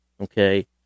okay